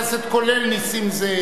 כולל נסים זאב,